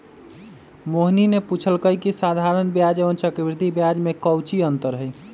मोहिनी ने पूछल कई की साधारण ब्याज एवं चक्रवृद्धि ब्याज में काऊची अंतर हई?